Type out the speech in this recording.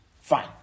Fine